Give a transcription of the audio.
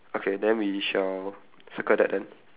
okay then we shall circle that then